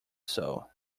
soul